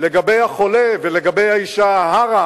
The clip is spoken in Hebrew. לגבי החולה ולגבי האשה ההרה,